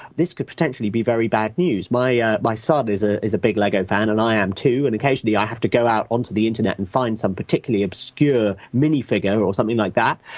this could potentially be very bad news. my ah my son is ah is a big lego fan and i am too, and occasionally i have to go out on to the internet and find some particularly obscure mini-figure, or something like that,